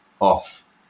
off